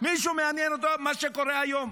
מישהו מעניין אותו מה שקורה היום?